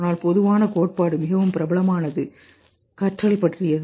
ஆனால் பொதுவான கோட்பாடு மிகவும் பிரபலமானது கற்றல் பற்றியது